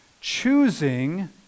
choosing